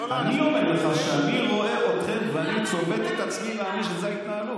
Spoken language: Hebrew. אני אומר לך שאני רואה אתכם ואני צובט את עצמי להאמין שזאת ההתנהלות.